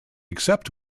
accept